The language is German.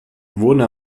wurden